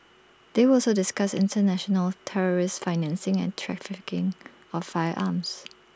they will also discuss International terrorist financing and trafficking of firearms